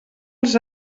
els